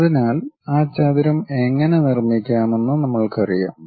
അതിനാൽ ആ ചതുരം എങ്ങനെ നിർമ്മിക്കാമെന്ന് നമ്മൾക്കറിയാം